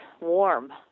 warm